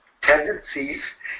tendencies